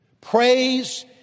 Praise